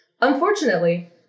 Unfortunately